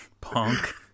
punk